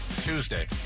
Tuesday